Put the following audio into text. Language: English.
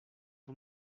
the